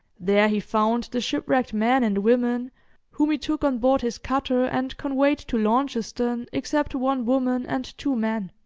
there he found the shipwrecked men and women whom he took on board his cutter, and conveyed to launceston, except one woman and two men.